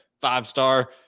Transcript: five-star